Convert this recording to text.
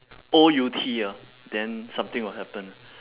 O U T ah then something will happen